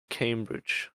cambridge